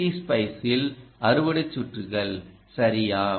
D ஸ்பைஸில் அறுவடை சுற்றுகள் சரியா